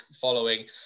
following